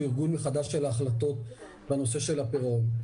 ארגון מחדש של ההחלטות בנושא של הפירעון.